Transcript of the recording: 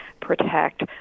protect